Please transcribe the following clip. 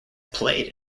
played